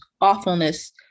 awfulness